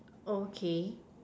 okay